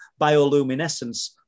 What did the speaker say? bioluminescence